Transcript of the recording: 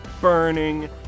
burning